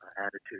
attitude